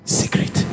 secret